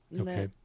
okay